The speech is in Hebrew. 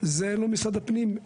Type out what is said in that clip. זה לא משרד הפנים,